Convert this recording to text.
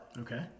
Okay